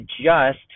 adjust